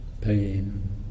pain